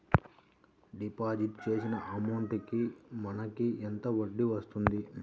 Deposit చేసిన amount కి మనకి ఎంత వడ్డీ వస్తుంది?